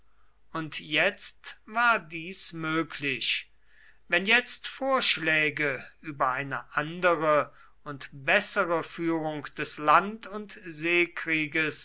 und jetzt war dies möglich wenn jetzt vorschläge über eine andere und bessere führung des land und seekrieges